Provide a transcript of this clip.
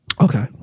Okay